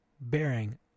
bearing